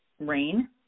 RAIN